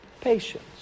Patience